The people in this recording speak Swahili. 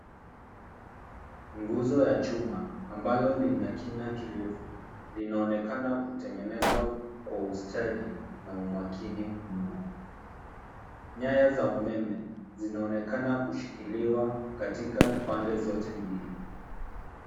Nguzo ya chuma ambalo lina kina kirefu linaonekana kutengenezwa kwa ustadi na umakini mno. Nyaya za umeme zinaonekana kushikiliwa katika pande zote mbili.